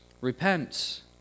Repent